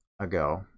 ago